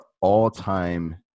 all-time